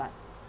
but